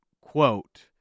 quote